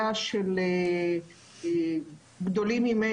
בהיותי חלק מהתהליך שעבר היק"ר ועד לפני כשלוש שנים,